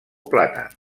plàtans